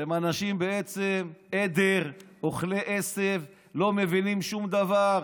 הם עדר, אוכלי עשב, לא מבינים שום דבר,